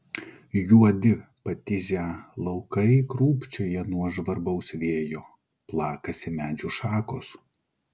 juodi patižę laukai krūpčioja nuo žvarbaus vėjo plakasi medžių šakos